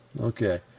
Okay